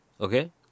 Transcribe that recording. Okay